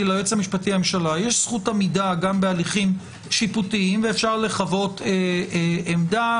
לממשלה יש זכות עמידה גם בהליכים שיפוטיים ואפשר לחוות עמדה.